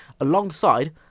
alongside